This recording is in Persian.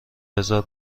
بزار